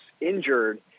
injured